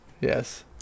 Yes